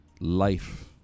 life